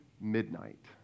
midnight